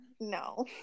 No